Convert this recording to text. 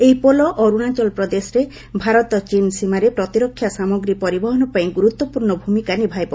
ଏହି ପୋଲ ଅରୁଣାଚଳ ପ୍ରଦେଶରେ ଭାରତ ଚୀନ୍ ସୀମାରେ ପ୍ରତିରକ୍ଷା ସାମଗ୍ରୀ ପରିବହନ ପାଇଁ ଗୁରୁତ୍ୱପୂର୍ଣ୍ଣ ଭୂମିକା ନିଭାଇବ